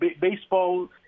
baseball